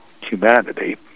humanity